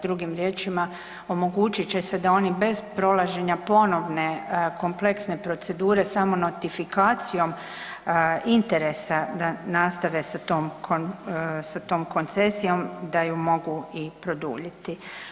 Drugim riječima, omogućit će se da oni bez prolaženja ponovne kompleksne procedure samo notifikacijom interesa da nastave sa tom koncesijom da ju mogu i produljiti.